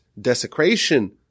desecration